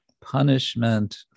punishment